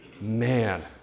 Man